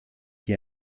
hier